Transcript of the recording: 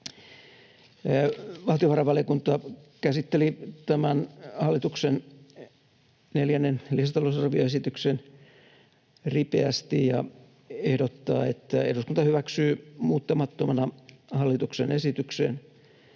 Valtiovarainvaliokunta käsitteli tämän hallituksen neljännen lisätalousarvioesityksen ripeästi ja ehdottaa, että eduskunta hyväksyy muuttamattomana hallituksen esitykseen